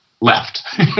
left